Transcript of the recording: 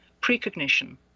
precognition